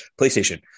PlayStation